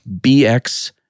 BX